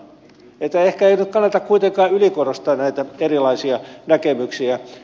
että ehkä ei nyt kannata kuitenkaan ylikorostaa näitä erilaisia näkemyksiä